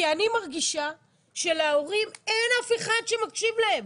כי אני מרגישה שלהורים אין אף אחד שמקשיב להם.